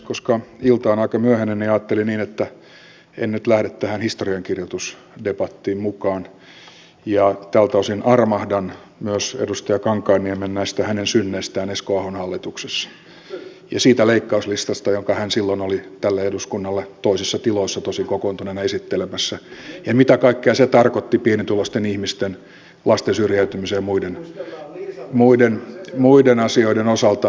koska ilta on aika myöhäinen ajattelin niin että en nyt lähde tähän historiankirjoitusdebattiin mukaan ja tältä osin armahdan myös edustaja kankaanniemen näistä hänen synneistään esko ahon hallituksessa ja siitä leikkauslistasta jonka hän silloin oli tälle eduskunnalle tosin toisissa tiloissa kokoontuneena esittelemässä ja mitä kaikkea se tarkoitti pienituloisten ihmisten lasten syrjäytymisen ja muiden asioiden osalta